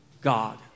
God